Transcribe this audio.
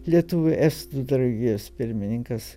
lietuvių estų draugijos pirmininkas